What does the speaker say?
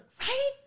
Right